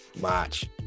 Watch